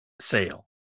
sale